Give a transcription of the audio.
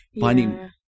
finding